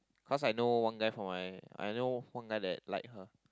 cause I know one guy from my I know one guy that like her